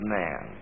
man